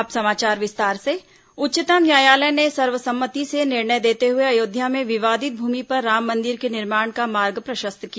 Ayodhya supreme court उच्चतम न्यायालय ने सर्वसम्मति से निर्णय देते हुए अयोध्या में विवादित भूमि पर राम मंदिर के निर्माण का मार्ग प्रशस्त किया